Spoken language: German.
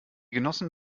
genossen